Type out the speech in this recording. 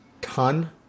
ton